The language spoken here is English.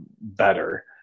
better